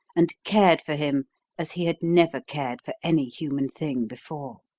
and cared for him as he had never cared for any human thing before.